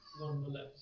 nonetheless